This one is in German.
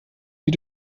sie